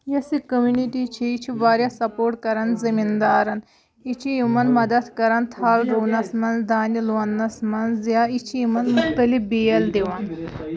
یۄس یہِ کَمنِٹی چھِ یہِ چھِ واریاہ سپوٹ کَران زٔمیٖندارَن یہِ چھِ یِمَن مَدَد کَران تھَل رُونَس منٛز دانہِ لوننَس منٛز یا یہِ چھِ یِمَن مختلف بیل دِوان